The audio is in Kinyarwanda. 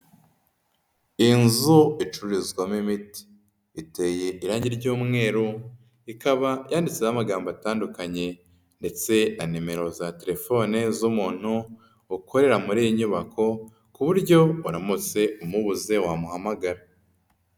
Inzu icururizwamo imiti, iteye irangi ry'umweru, ikaba yanditseho amagambo atandukanye ndetse na nimero za telefone z'umuntu ukorera muri iyi nyubako ku buryo uramutse umubuze wamuhamagara.